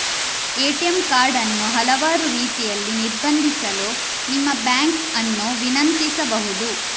ATM card ಅನ್ನು ಹಲವಾರು ರೀತಿಯಲ್ಲಿ ನಿರ್ಬಂಧಿಸಲು ನಿಮ್ಮ ಬ್ಯಾಂಕ್ ಅನ್ನು ವಿನಂತಿಸಬಹುದು